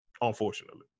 unfortunately